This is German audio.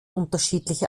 unterschiedliche